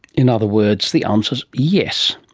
in other words, the answer is yes.